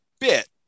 bit